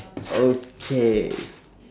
okay